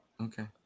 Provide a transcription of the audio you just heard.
Okay